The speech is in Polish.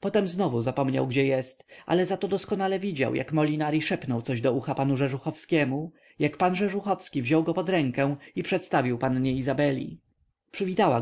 potem znowu zapomniał gdzie jest ale zato doskonale widział jak molinari szepnął coś do ucha panu rzeżuchowskiemu jak pan rzeżuchowski wziął go pod rękę i przedstawił pannie izabeli przywitała